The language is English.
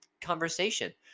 conversation